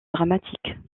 dramatique